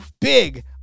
big